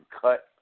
cut